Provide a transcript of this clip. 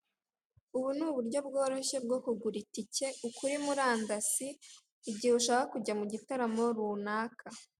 Ubu ni uburyo bworoshye bwo kugura itike kuri murandasi, igihe ushaka kujya mu gitaramo runaka.